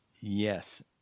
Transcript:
Yes